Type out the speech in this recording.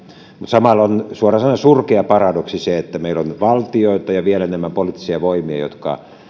samalla on suoraan sanoen surkea paradoksi se että meillä on valtioita ja vielä enemmän poliittisia voimia jotka